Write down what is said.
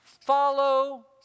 follow